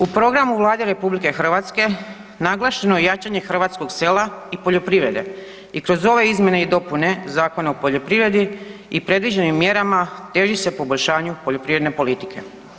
U programu Vlade RH naglašeno je jačanje hrvatskog sela i poljoprivrede i kroz ove izmjene i dopune Zakona o poljoprivredi i predviđenim mjerama teži se poboljšanju poljoprivredne politike.